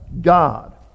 God